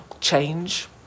change